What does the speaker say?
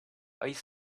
ice